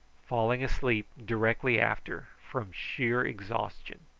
falling asleep directly after from sheer exhaustion.